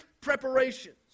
preparations